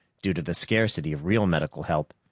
due to the scarcity of real medical help.